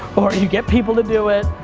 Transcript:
or you get people to do it,